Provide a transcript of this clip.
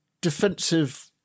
defensive